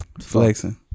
flexing